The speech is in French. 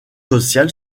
social